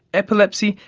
epilepsy,